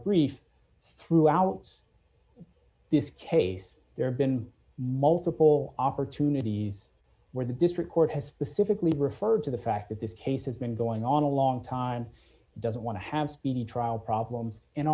brief throughout this case there have been multiple opportunities where the district court has specifically referred to the fact that this case has been going on a long time doesn't want to have speedy trial problems and